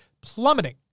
plummeting